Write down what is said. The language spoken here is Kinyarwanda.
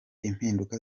impinduka